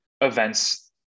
events